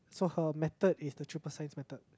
so her method is the triple science method